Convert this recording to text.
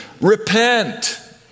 Repent